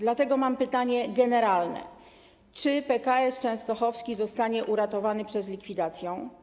Dlatego mam pytanie generalne: Czy PKS częstochowski zostanie uratowany przed likwidacją?